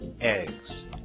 eggs